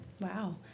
Wow